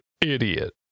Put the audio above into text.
idiot